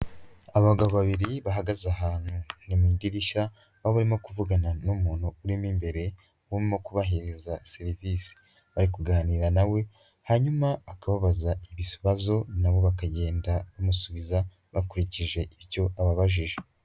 Abagabo babiri bahagaze ahantu, ni mu idirishya, aho barimo kuvugana n'umuntu urimo imbere, urimo kubahereza serivisi, bari kuganira na we, hanyuma akababaza ibibazo na bo bakagenda bamusubiza, bakurikije ibyo ababajije.